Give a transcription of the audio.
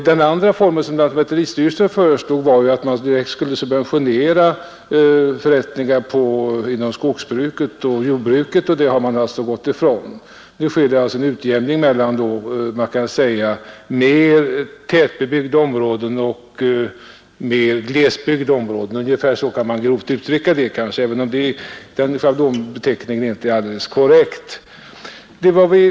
Den form som lantmäteristyrelsen förslog, innebärande att man skulle direkt subventionera förrättningar inom skogsbruket och jordbruket, har man alltså gått ifrån. Nu sker en utjämning mellan vad man kan kalla mer tätbebyggda områden och mer glesbebyggda områden — ungefär så kanske man grovt kan uttrycka det, även om den schablonbeskrivningen inte är alldeles korrekt.